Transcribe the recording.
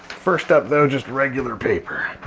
first up though just regular paper.